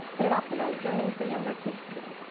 but it optimizes learning for younger kids too.